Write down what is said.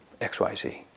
XYZ